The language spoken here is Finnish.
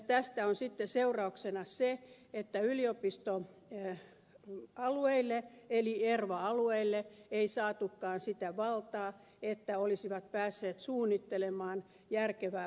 tästä on sitten seurauksena se että yliopistosairaala alueille eli erva alueille ei saatukaan sitä valtaa että olisivat päässeet suunnittelemaan järkevää palvelutuotantoa